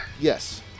Yes